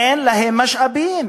אין להן משאבים,